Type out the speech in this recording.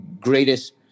greatest